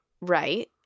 Right